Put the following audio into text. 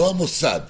לא המוסד.